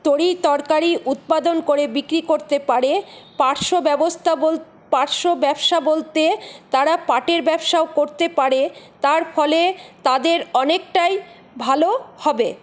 তরি তরকারি উৎপাদন করে বিক্রি করতে পারে পার্শ্ব ব্যবস্থা পার্শ্ব ব্যবসা বলতে তারা পাটের ব্যবসাও করতে পারে তার ফলে তাদের অনেকটাই ভালো হবে